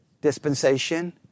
dispensation